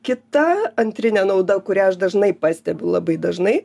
kita antrinė nauda kurią aš dažnai pastebiu labai dažnai